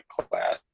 class